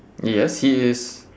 yes he is